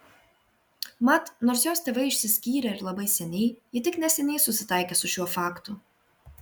mat nors jos tėvai išsiskyrė ir labai seniai ji tik neseniai susitaikė su šiuo faktu